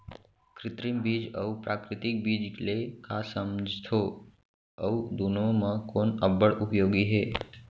कृत्रिम बीज अऊ प्राकृतिक बीज ले का समझथो अऊ दुनो म कोन अब्बड़ उपयोगी हे?